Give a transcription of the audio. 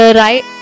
right